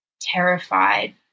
terrified